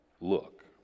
look